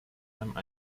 time